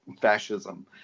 fascism